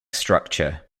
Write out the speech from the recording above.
structure